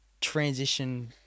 transition